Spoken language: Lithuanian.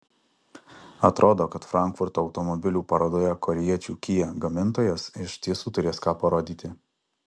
atrodo kad frankfurto automobilių parodoje korėjiečių kia gamintojas iš tiesų turės ką parodyti